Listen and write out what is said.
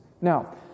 Now